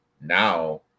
now